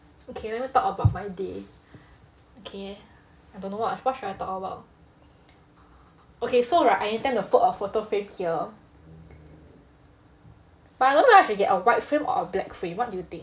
okay let me talk about my day okay I don't know what what should I talk about okay so right I intend to put a photo frame here but I don't know if I should get a white frame or a black frame what do you think